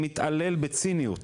שמתעלל בציניות